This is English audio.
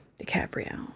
DiCaprio